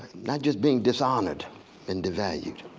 not just being dishonored and de-valued,